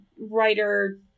writer